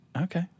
Okay